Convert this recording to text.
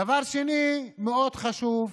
דבר שני, מאוד חשוב,